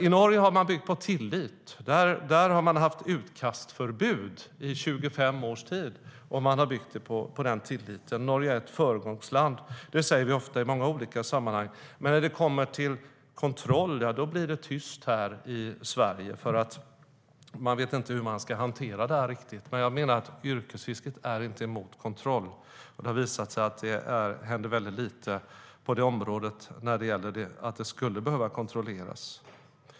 I Norge har man byggt på tillit. Där har man haft utkastförbud i 25 års tid, och man har byggt det på tilliten. Norge är ett föregångsland, säger vi ofta i många olika sammanhang. Men när det kommer till kontroll blir det tyst här i Sverige, för man vet inte riktigt hur man ska hantera det. Men jag menar att yrkesfisket inte är emot kontroll. Och det har visat sig att det händer väldigt lite på det området när det gäller att det skulle behöva kontrolleras.